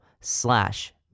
slash